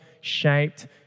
shaped